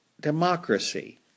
democracy